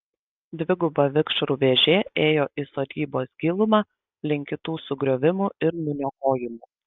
dviguba vikšrų vėžė ėjo į sodybos gilumą link kitų sugriovimų ir nuniokojimų